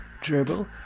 Dribble